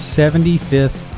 seventy-fifth